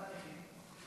למה נכים?